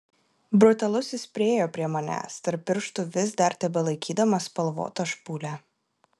brutalusis priėjo prie manęs tarp pirštų vis dar tebelaikydamas spalvotą špūlę